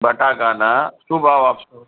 બટાકાનાં શું ભાવ આપશો